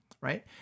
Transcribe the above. right